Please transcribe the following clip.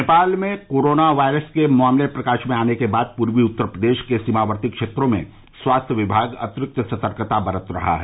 नेपाल में corona virus के मामले प्रकाश में आने के बाद पूर्वी उत्तर प्रदेश के सीमावर्ती क्षेत्रों में स्वास्थ्य विभाग अतिरिक्त सतर्कता बरत रहा है